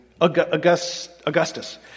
Augustus